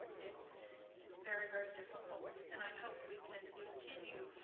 it's it's very very difficult. and i hope we can continue,